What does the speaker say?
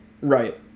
Right